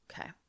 okay